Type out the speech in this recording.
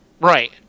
Right